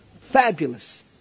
Fabulous